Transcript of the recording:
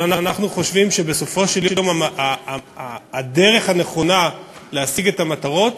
אבל אנחנו חושבים שבסופו של דבר הדרך הנכונה להשיג את המטרות